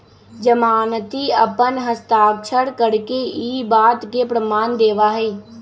जमानती अपन हस्ताक्षर करके ई बात के प्रमाण देवा हई